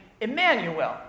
Emmanuel